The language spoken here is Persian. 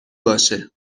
باشه